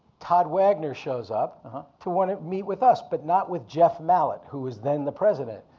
todd wagner shows up to wanna meet with us, but not with jeff mallett, who was then the president.